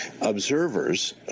observers